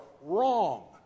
Wrong